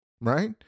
Right